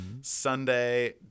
Sunday